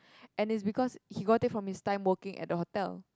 and is because he got it from his time working at the hotel